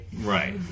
Right